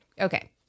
Okay